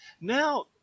now